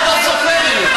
אף אחד לא סופר אותך.